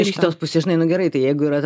iš kitos pusės žinai nu gerai tai jeigu yra